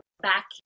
back